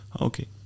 Okay